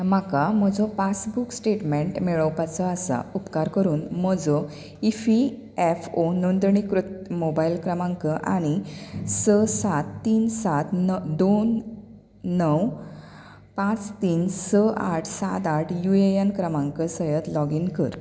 म्हाका म्हजो passbook statement मेळोवपाचो आसा उपकार करून म्हजो इफिएफओ नोंदणीकृत मोबायल क्रमांक आनी स सात तीन सात दोन णव पांच तीन स आठ सात आठ युएएन क्रमांक सयत लॉगीन कर